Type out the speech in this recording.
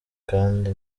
kandi